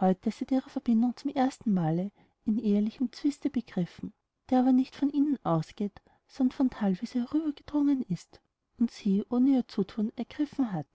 heute seit ihrer verbindung zum erstenmale in ehelichem zwiste begriffen der aber nicht von ihnen ausgeht sondern von thalwiese herübergedrungen ist und sie ohne ihr zuthun ergriffen hat